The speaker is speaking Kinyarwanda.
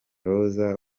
rose